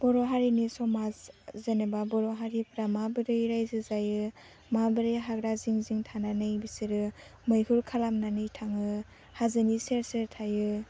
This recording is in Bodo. बर' हारिनि समाज जेनेबा बर' हारिफ्रा माबोरै रायजो जायो माबोरै हाग्रा जिं जिं थानानै बिसोरो मैहुर खालामनानै थाङो हाजोनि सेर सेर थायो